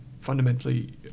fundamentally